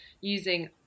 using